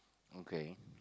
okay